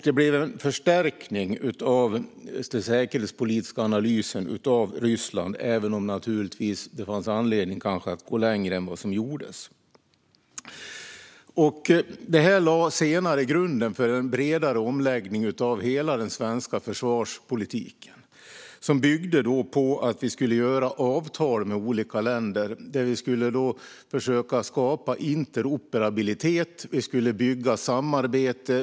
Det blev en förstärkning av den säkerhetspolitiska analysen av Ryssland, även om det kanske fanns anledning att gå längre än vad som gjordes. Det lade senare grunden för en bredare omläggning av hela den svenska försvarspolitiken som byggde på att vi skulle göra avtal med olika länder. Vi skulle skapa interoperabilitet och bygga samarbete.